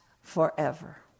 forever